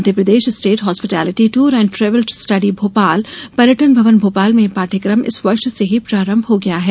Madhya Pradesh state hospitality tour and travel study Bhopal पर्यटन भवन भोपाल में यह पाठ्यक्रम इस वर्ष से ही प्रारंभ हो गया हैं